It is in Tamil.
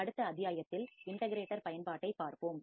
அடுத்த அத்தியாயத்தில் இண்ட கிரேட்டர் பயன்பாட்டைப் பார்ப்போம்